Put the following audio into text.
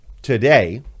Today